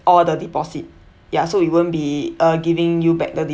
all the deposit ya so we won't be uh giving you back the